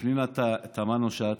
קודם כול, אני רוצה להגיד לפנינה תמנו-שטה.